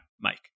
Mike